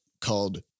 called